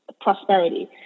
prosperity